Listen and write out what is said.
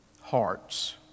hearts